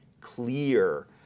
clear